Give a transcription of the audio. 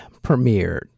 premiered